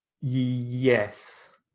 Yes